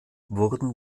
wurden